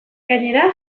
gainera